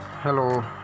Hello